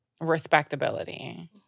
respectability